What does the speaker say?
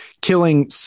killing